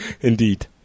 Indeed